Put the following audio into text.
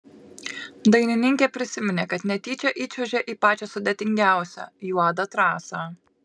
dainininkė prisiminė kad netyčia įčiuožė į pačią sudėtingiausią juodą trasą